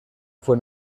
fue